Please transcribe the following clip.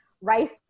rice